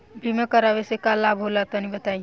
बीमा करावे से का लाभ होला तनि बताई?